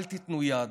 אל תיתנו יד,